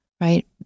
right